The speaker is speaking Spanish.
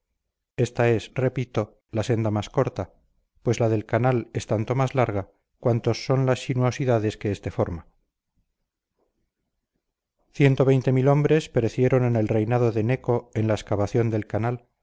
ésta es repito la senda más corta pues la del canal es tanto más larga cuantas son las sinuosidades que este forma ciento veinte mil hombres perecieron en el reinado de neco en la excavación del canal